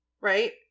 right